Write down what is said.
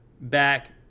back